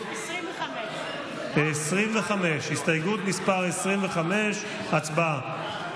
25. הסתייגות מס' 25. הצבעה.